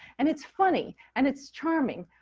and it's funny and it's charming,